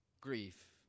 grief